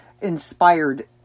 inspired